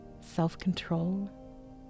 self-control